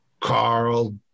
Carl